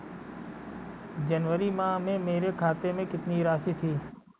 जनवरी माह में मेरे खाते में कितनी राशि थी?